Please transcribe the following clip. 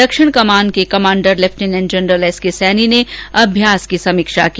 दक्षिण कमान के commander lieutenant general S K Saini ने अभ्यास की समीक्षा की